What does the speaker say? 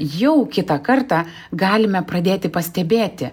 jau kitą kartą galime pradėti pastebėti